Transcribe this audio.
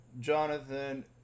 Jonathan